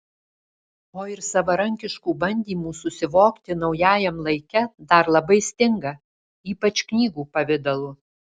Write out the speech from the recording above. o ir savarankiškų bandymų susivokti naujajam laike dar labai stinga ypač knygų pavidalu